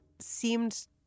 seemed